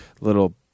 little